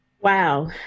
Wow